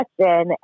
question